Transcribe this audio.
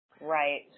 Right